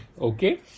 Okay